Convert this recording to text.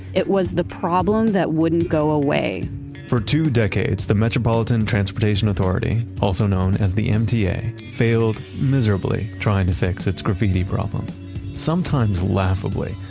it was the problem that wouldn't go away for two decades, the metropolitan transportation authority, also known as the mta, failed miserably trying to fix its graffiti sometimes laughably,